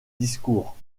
discours